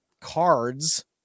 cards